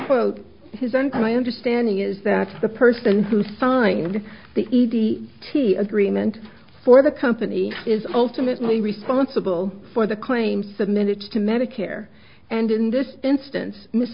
i understanding is that the person who signed the agreement for the company is ultimately responsible for the claim submitted to medicare and in this instance miss